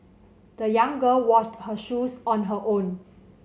the young girl washed her shoes on her own